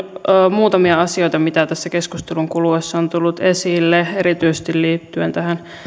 muutamia asioita mitä tässä keskustelun kuluessa on tullut esille erityisesti liittyen näihin